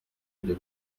ibyo